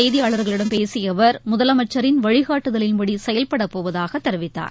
செய்தியாளர்களிடம் பேசியஅவர் பின்னர் முதலமைச்சரின் வழிகாட்டுதலின்படிசெயல்படபோவதாகதெரிவித்தார்